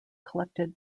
collected